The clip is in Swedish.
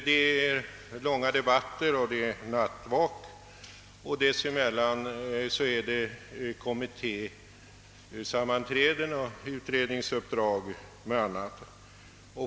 Det har varit långa debatter och nattvak, dessemellan kommittésammanträden, utredningsuppdrag och annat.